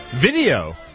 Video